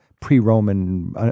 pre-Roman